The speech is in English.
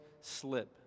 slip